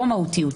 או מהותיות.